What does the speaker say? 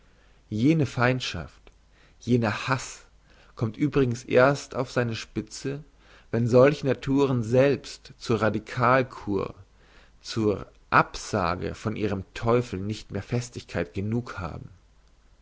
jene feindschaft jener hass kommt übrigens erst auf seine spitze wenn solche naturen selbst zur radikal kur zur absage von ihrem teufel nicht mehr festigkeit genug haben